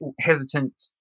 hesitant